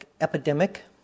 epidemic